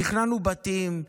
תכננו בתים,